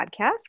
podcast